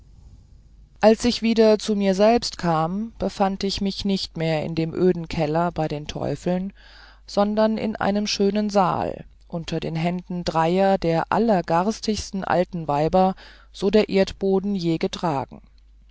als ich wieder zu mir selber kam befand ich mich nicht mehr in dem öden keller bei den teufeln sondern in einem schönen saal unter den händen dreier der allergarstigsten alten weiber so der erdboden je getragen